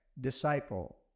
disciple